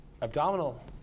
abdominal